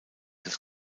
des